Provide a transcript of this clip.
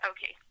Okay